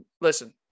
listen